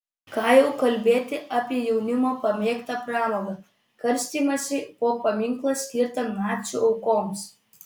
ką jau kalbėti apie jaunimo pamėgtą pramogą karstymąsi po paminklą skirtą nacių aukoms